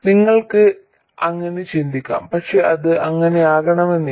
നിങ്ങൾക്ക് അങ്ങനെ ചിന്തിക്കാം പക്ഷേ അത് അങ്ങനെയാകണമെന്നില്ല